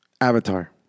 Avatar